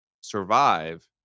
survive